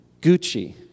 GUCCI